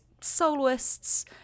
soloists